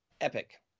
epic